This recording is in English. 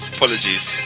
Apologies